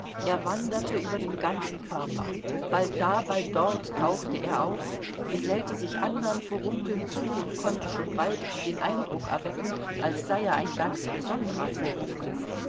er wanderte über den ganzen körper bald da bald dort tauchte er auf gesellte sich andern furunkeln zu und konnte schon bald den eindruck erwecken als sei er ein ganz besondrer